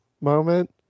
moment